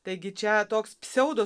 taigi čia toks pseudo